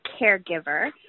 caregiver